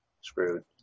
screwed